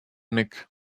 mick